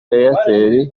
airtel